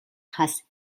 has